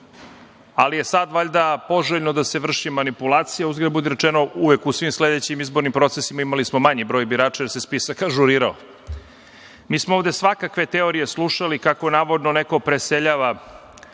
ali je sada valjda poželjno da se vrži manipulacija. Uzgred budi rečeno, uvek u svim sledećim izbornim procesima imali smo manji broj birača, jer se spisak ažurirao. Mi smo ovde svakakve teorije slušali, kako navodno neko preseljava